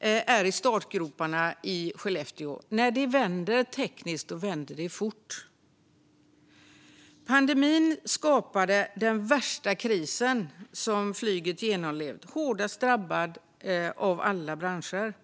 är i startgroparna i Skellefteå. När det vänder tekniskt vänder det fort. Pandemin skapade den värsta kris som flyget genomlevt. Flyget drabbades hårdast av alla branscher.